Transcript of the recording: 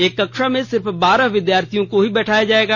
एक कक्षा में सिर्फ बारह विद्यार्थियों को ही बैठाया जायेगा